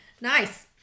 nice